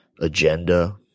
agenda